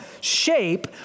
shape